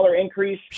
increase